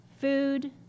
Food